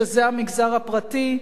שזה המגזר הפרטי,